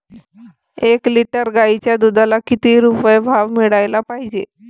एक लिटर गाईच्या दुधाला किती रुपये भाव मिळायले पाहिजे?